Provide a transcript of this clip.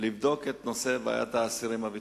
לבדוק את נושא בעיית האסירים הביטחוניים.